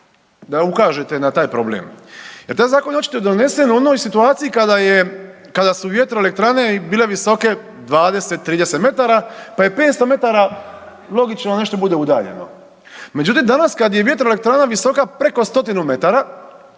da ukažete na taj problem jer taj zakon je očito donesen u onoj situaciji kada je, kada su vjetroelektrane bile visoke 20-30 metara pa je 500 metara logično da nešto bude udaljeno. Međutim, danas kad je vjetroelektrana visoka preko 100 metara,